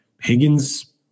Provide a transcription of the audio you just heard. Higgins